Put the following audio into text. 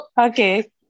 Okay